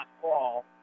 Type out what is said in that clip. fall